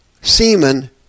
semen